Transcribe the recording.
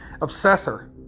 Obsessor